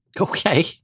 Okay